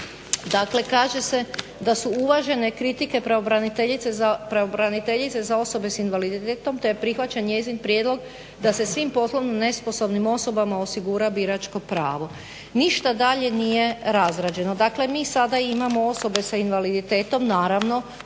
Dakle, kaže se da su uvažene kritike pravobraniteljice za osobe s invaliditetom te prihvaća njezin prijedlog da se svim poslovno nesposobnim osobama osigura biračko pravo. Ništa dalje nije razrađeno. Dakle, mi sada imamo osobe s invaliditetom, naravno,